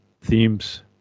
themes